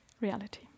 reality